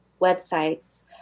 websites